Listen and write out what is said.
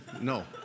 No